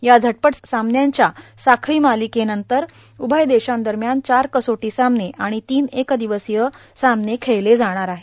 या झटपट सामन्यांच्या साखळी मालिकेनंतर उभय देशांदरम्यान चार कसोटी सामने आणि तीन एक दिवसीय सामने खेळले जाणार आहेत